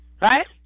Right